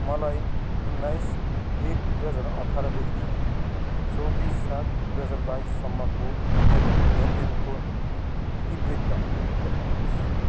मलाई उन्नाइस एक दुई हजार अठारदेखि चौबिस सात दुई हजार बाइससम्मको मेरो लेनदेनको इतिवृत्त देखाउनुहोस्